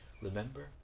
Remember